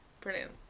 brilliant